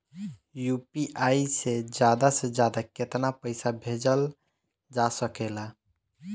UPI से ज्यादा से ज्यादा केतना पईसा भेजल जा सकेला?